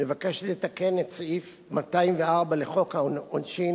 מבקשת לתקן את סעיף 204 לחוק העונשין,